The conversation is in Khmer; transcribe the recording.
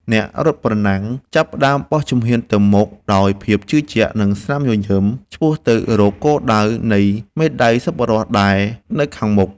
អ្នករត់ប្រណាំងចាប់ផ្ដើមបោះជំហានទៅមុខដោយភាពជឿជាក់ និងស្នាមញញឹម ឆ្ពោះទៅរកគោលដៅនៃមេដាយសប្បុរសធម៌ដែលនៅខាងមុខ។